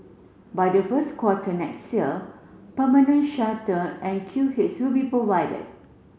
by the first quarter next year permanent shelter and queue heads will be provided